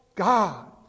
God